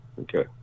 Okay